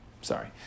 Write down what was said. sorry